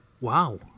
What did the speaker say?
Wow